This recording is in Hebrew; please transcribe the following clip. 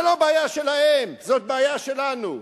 זה לא בעיה שלהם, זאת בעיה שלנו.